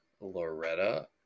Loretta